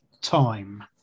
time